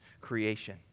creation